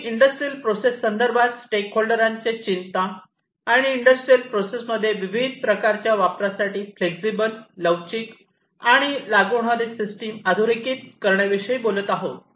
आम्ही industrial process संदर्भात स्टेकहोल्डरांच्या चिंता आणि इंडस्ट्रियल प्रोसेसमध्ये विविध प्रकारच्या वापरासाठी फ्लेक्झिबल लवचिक आणि लागू होणारी सिस्टम अधोरेखित करण्याविषयी बोलत आहोत